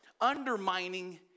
undermining